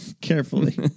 Carefully